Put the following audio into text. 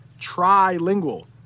Trilingual